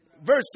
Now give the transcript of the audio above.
Verse